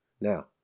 now